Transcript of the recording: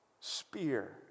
spear